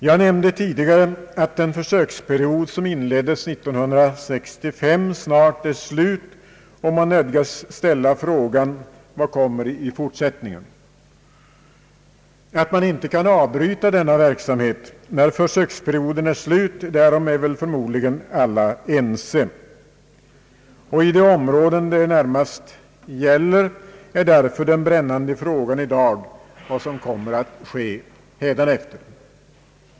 Jag nämnde tidigare att den försöksperiod som inleddes 1965 snart är slut, och man nödgas ställa frågan: Vad kommer i fortsättningen? Att man inte kan avbryta denna verksamhet när försöksperioden är slut — därom är förmodligen alla ense. I de områden det närmast gäller är därför den brännande frågan i dag vad som kommer att ske hädanefter.